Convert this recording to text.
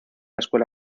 escuela